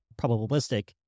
probabilistic